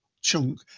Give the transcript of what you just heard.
chunk